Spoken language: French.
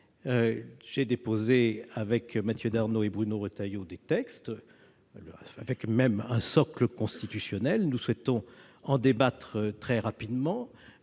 J'ai déposé avec Mathieu Darnaud et Bruno Retailleau des textes, prévoyant même un socle constitutionnel. Nous souhaitons pouvoir en débattre très rapidement.